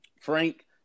Frank